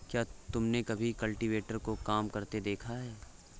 क्या तुमने कभी कल्टीवेटर को काम करते देखा है?